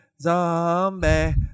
Zombie